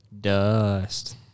Dust